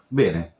bene